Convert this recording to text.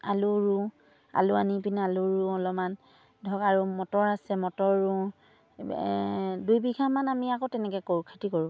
আলু ৰুওঁ আলু আনি পিনে আলু ৰুওঁ অলপমান ধৰক আৰু মটৰ আছে মটৰ ৰুওঁ দুই বিঘামান আমি আকৌ তেনেকৈ কৰোঁ খেতি কৰোঁ